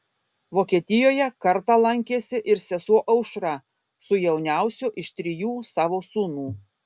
vokietijoje kartą lankėsi ir sesuo aušra su jauniausiu iš trijų savo sūnų